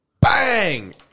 bang